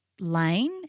Lane